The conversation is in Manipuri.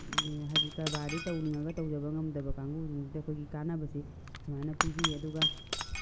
ꯍꯥꯏꯗꯤ ꯀꯔꯕꯥꯔꯗꯤ ꯇꯧꯅꯤꯡꯉꯒ ꯇꯧꯖꯕ ꯉꯝꯗꯕ ꯀꯥꯡꯒꯨꯁꯤꯡꯁꯤꯗ ꯑꯩꯈꯣꯏꯒꯤ ꯀꯥꯟꯅꯕꯁꯦ ꯁꯨꯃꯥꯏꯅ ꯄꯤꯕꯤ ꯑꯗꯨꯒ